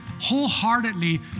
wholeheartedly